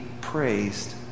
praised